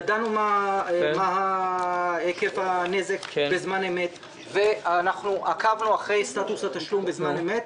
ידענו מה היקף הנזק בזמן אמת ועקבנו אחרי סטטוס התשלום בזמן אמת.